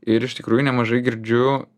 ir iš tikrųjų nemažai girdžiu